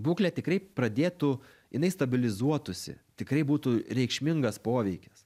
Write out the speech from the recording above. būklė tikrai pradėtų jinai stabilizuotųsi tikrai būtų reikšmingas poveikis